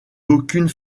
d’aucune